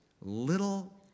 little